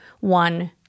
one